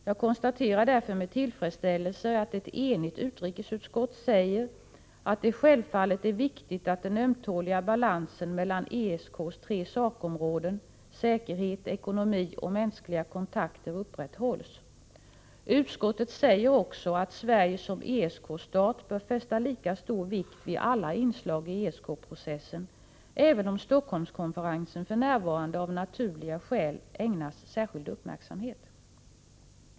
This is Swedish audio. Jag konstaterar därför med tillfredsställelse att ett enigt utrikesutskott säger att det självfallet är viktigt att den ömtåliga balansen mellan ESK:s tre sakområden — säkerhet, ekonomi och mänskliga kontakter — upprätthålls. Utskottet säger också att Sverige som ESK-stat bör fästa lika stor vikt vid alla inslag i ESK-processen, även om Stockholmskonferensen f.n. av naturliga skäl ägnas särskild uppmärksamhet.